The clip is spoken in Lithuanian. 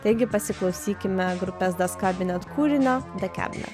taigi pasiklausykime grupės das kabinet kūrinio the cabinet